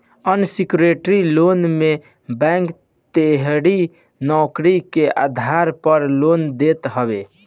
unsecured loan मे bank तोहरी नोकरी के आधार पअ लोन देत हवे